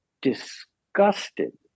disgusted